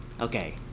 Okay